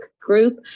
group